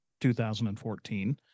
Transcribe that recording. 2014